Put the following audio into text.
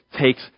takes